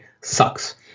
sucks